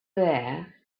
there